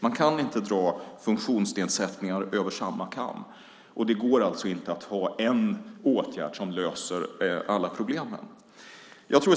Man kan inte dra alla funktionsnedsättningar över en kam. Det går alltså inte att ha en åtgärd som löser alla problem.